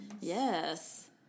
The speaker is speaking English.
Yes